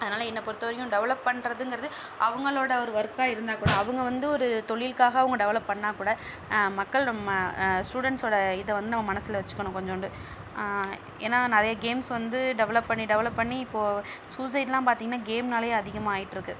அதனால என்னை பொறுத்தவரைக்கும் டெவலப் பண்ணுறதுங்கிறது அவங்களோட ஒரு ஒர்க்காக இருந்தாக்கூட அவங்க வந்து ஒரு தொழில்க்காக அவங்க டெவலப் பண்ணுணா கூட மக்கள் நம்ம ஸ்டூடண்ட்ஸோட இதை வந்து நம்ம மனசில் வச்சிக்கணும் கொஞ்சோன்டு ஏன்னா நிறைய கேம்ஸ் வந்து டெவலப் பண்ணி டெவலப் பண்ணி இப்போது சூசைட்லாம் பார்த்திங்கன்னா கேம்னாலையே அதிகமாக ஆகிட்ருக்கு